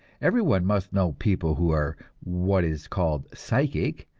every one must know people who are what is called psychic,